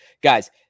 Guys